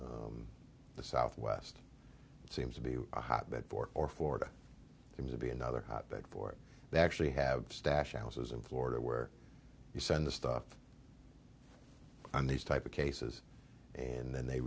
or the southwest seems to be a hotbed for or florida seems to be another hotbed for it they actually have a stash houses in florida where you send the stuff on these type of cases and then they